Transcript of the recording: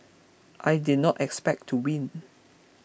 I did not expect to win